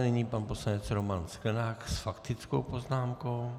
Nyní pan poslanec Roman Sklenák s faktickou poznámkou.